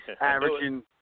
averaging –